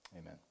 Amen